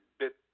bit –